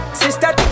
sister